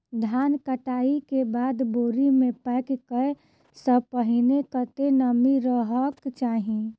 धान कटाई केँ बाद बोरी मे पैक करऽ सँ पहिने कत्ते नमी रहक चाहि?